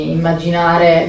immaginare